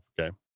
Okay